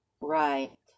Right